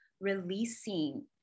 releasing